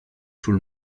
sul